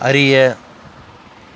அறிய